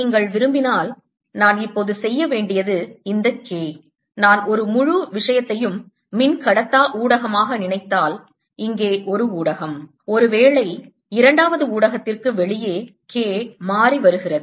நீங்கள் விரும்பினால் நான் இப்போது செய்ய வேண்டியது இந்த K நான் ஒரு முழு விஷயத்தையும் மின்கடத்தா ஊடகமாக நினைத்தால் இங்கே ஒரு ஊடகம் ஒருவேளை இரண்டாவது ஊடகத்திற்கு வெளியே K மாறிவருகிறது